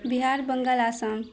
Bihar Bengal Assam